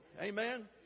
Amen